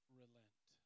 relent